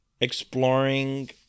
exploring